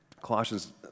Colossians